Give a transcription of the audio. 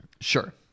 Sure